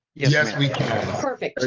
yes, we can. perfect. ah